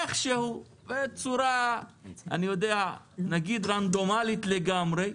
איכשהו, בצורה רנדומלית לגמרי,